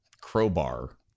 Crowbar